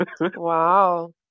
Wow